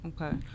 Okay